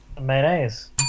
Mayonnaise